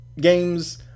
games